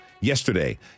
Yesterday